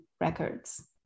records